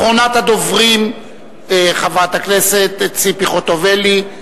אחרונת הדוברים היא חברת הכנסת ציפי חוטובלי.